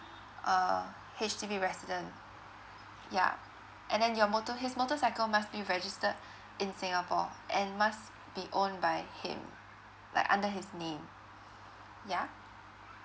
uh H_D_B resident yeah and then your motor his motorcycle must be registered in singapore and must be owned by him like under his name